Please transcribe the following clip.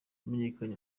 yamenyekanye